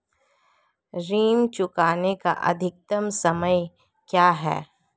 ऋण चुकाने का अधिकतम समय क्या है?